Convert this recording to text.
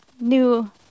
new